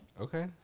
Okay